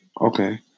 Okay